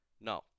No